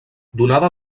donada